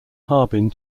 harbin